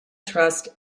trust